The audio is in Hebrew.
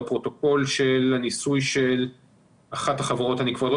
בפרוטוקול של הניסוי של אחת החברות אני כבר לא